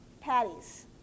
patties